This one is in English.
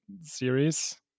series